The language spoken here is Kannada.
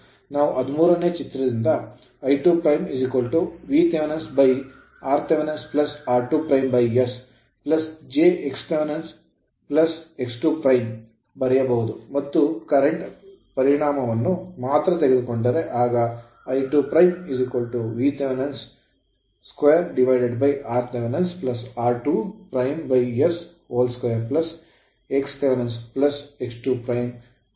ನಾವು 13 ನೇ ಚಿತ್ರದಿಂದ I2 Vth rth r2s j xth x 2 ಬರೆಯಬಹುದು ಮತ್ತು current ಕರೆಂಟ್ ಪರಿಮಾಣವನ್ನು ಮಾತ್ರ ತೆಗೆದುಕೊಂಡರೆ ಆಗ I22 Vth 2rth r2s2xth x 22